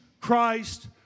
Christ